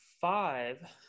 five